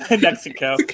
Mexico